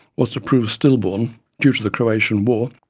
was to prove stillborn due to the croation war,